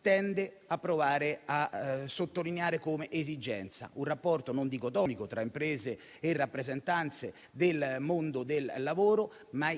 tende a provare a sottolineare come esigenza: un rapporto non dicotomico tra imprese e rappresentanze del mondo del lavoro;